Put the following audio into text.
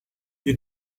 you